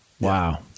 Wow